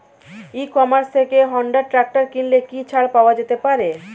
ই commerce থেকে Honda tractor কিনলে কি ছাড় পাওয়া যেতে পারে?